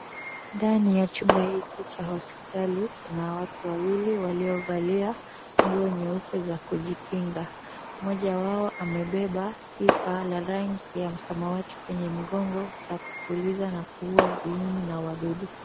Ndani ya chumba hiki cha hospitali, kuna watu wawili waliovalia nguo nyeupe za kujikinga. Moja wao amebeba pipa la rangi ya msamawati kwenye mgongo la kupuliza na kuuwa viini na wadudu.